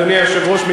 אדוני היושב-ראש,